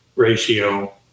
ratio